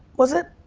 was it?